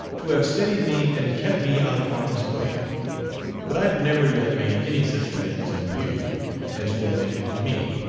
to have steadied me and kept me out of harm's way but i've never yet made any such demands on you as you are making on me.